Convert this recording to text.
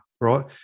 right